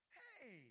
hey